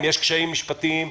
אם יש קשיים משפטיים,